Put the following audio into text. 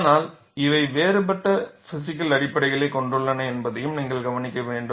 ஆனால் இவை வேறுபட்ட பிஸிக்கல் அடிப்படைகளைக் கொண்டுள்ளன என்பதையும் நீங்கள் கவனிக்க வேண்டும்